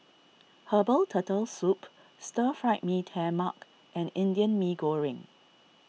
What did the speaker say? Herbal Turtle Soup Stir Fried Mee Tai Mak and Indian Mee Goreng